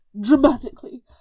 Dramatically